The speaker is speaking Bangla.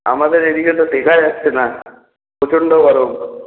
আমাদের এদিকে তো টেকা যাচ্ছে না প্রচন্ড গরম